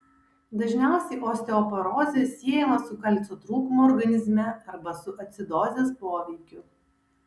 dažniausiai osteoporozė siejama su kalcio trūkumu organizme arba su acidozės poveikiu